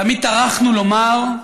תמיד טרחנו לומר: